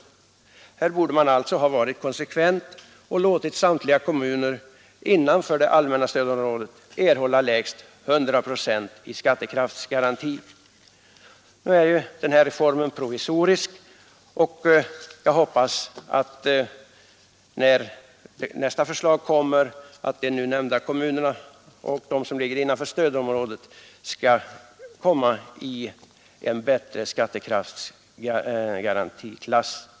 Här borde man alltså ha varit konsekvent och låtit samtliga kommuner innanför det allmänna stödområdet erhålla lägst 100 procent i skattekraftsgaranti. Den här reformen är emellertid provisorisk. Jag hoppas att de nu nämnda kommunerna, kommuner som ligger innanför stödområdet, när nästa förslag framläggs skall komma i en bättre skattekraftsklass.